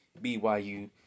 BYU